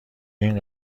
این